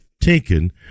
taken